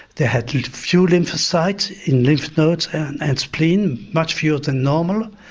they had like fewer lymphocytes in lymph nodes and spleen, much fewer than normal.